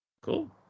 cool